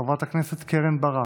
חברת הכנסת קרן ברק,